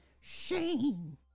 Shame